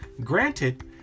Granted